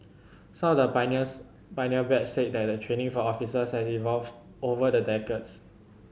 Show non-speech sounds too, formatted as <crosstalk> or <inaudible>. some the pioneers pioneer batch said that the training for officer <unintelligible> evolved over the decades